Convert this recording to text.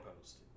post